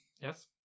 Yes